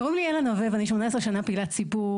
קוראים לי אלה נווה ואני 18 שנה פעילת ציבור,